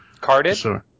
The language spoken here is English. Carded